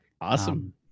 Awesome